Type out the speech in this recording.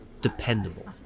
dependable